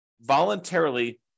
voluntarily